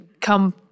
come